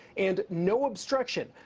and no obstruction.